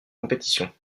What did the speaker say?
compétition